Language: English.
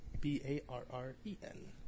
B-A-R-R-E-N